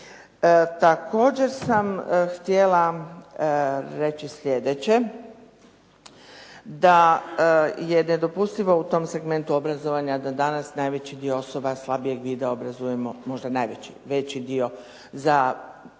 Također sam htjela reći sljedeće, da je nedopustivo u tom segmentu obrazovanja da danas najveći dio osoba slabijeg vida obrazujemo, možda veći dio, za